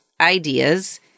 ideas